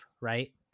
right